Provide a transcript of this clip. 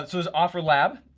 there's offerlab,